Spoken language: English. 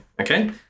okay